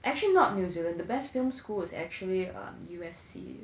actually not new zealand the best film school is actually um U_S_C